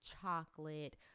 chocolate